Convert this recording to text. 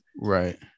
Right